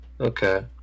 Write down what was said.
Okay